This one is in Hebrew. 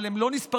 אבל הם לא נספרים.